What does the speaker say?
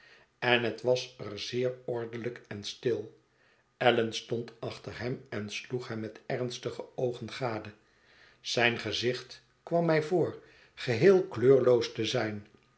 en het was er zeer ordelijk en stil allan stond achter hem en sloeg hem met ernstige oogen gade zijn gezicht kwam mij voor geheel kleurloos te zijn